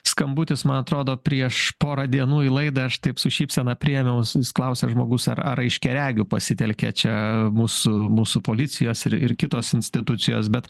skambutis man atrodo prieš porą dienų į laidą aš taip su šypsena priėmiau vis klausia žmogus ar ar aiškiaregių pasitelkia čia mūsų mūsų policijos ir ir kitos institucijos bet